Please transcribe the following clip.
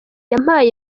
yampaye